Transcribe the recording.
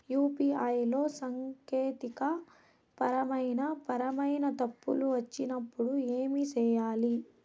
UPI లో సాంకేతికపరమైన పరమైన తప్పులు వచ్చినప్పుడు ఏమి సేయాలి